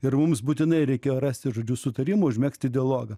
ir mums būtinai reikėjo rasti žodžiu sutarimo užmegzti dialogą